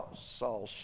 saw